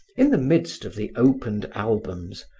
in the midst of the opened albums,